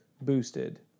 boosted